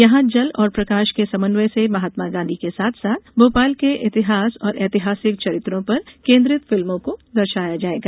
यहां जल और प्रकाश के समन्वय से महात्मा गांधी के साथ साथ भोपाल के इतिहास और ऐतिहासिक चरित्रों पर केन्द्रित फिल्मों को दर्शाया जायेगा